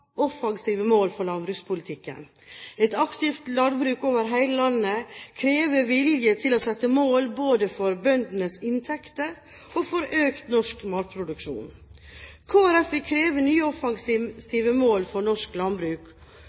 offensive mål for landbrukspolitikken. Et aktivt landbruk over hele landet krever vilje til å sette mål både for bøndenes inntekter og for økt norsk matproduksjon. Kristelig Folkeparti vil kreve nye offensive mål for norsk